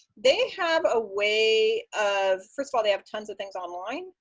they have a way of first of all, they have tons of things online.